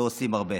ועושים הרבה.